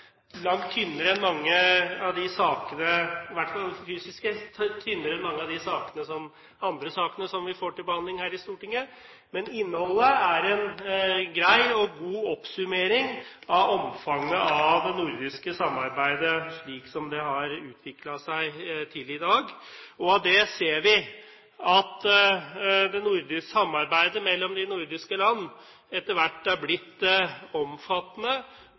langt tynnere enn mange av de sakene vi får til behandling her i Stortinget. Men innholdet er en grei og god oppsummering av omfanget av det nordiske samarbeidet slik som det har utviklet seg til i dag. Vi ser at samarbeidet mellom de nordiske landene etter hvert er blitt omfattende,